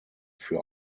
für